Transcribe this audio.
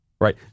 right